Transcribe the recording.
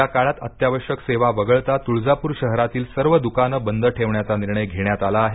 या काळात अत्यावश्यक सेवा वगळता तुळजापूर शहरातील सर्व दुकाने बंद ठेवण्याचा निर्णय घेण्यात आला आहे